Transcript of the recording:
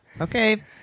okay